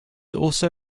also